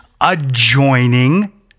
adjoining